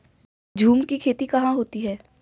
झूम की खेती कहाँ होती है?